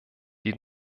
die